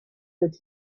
that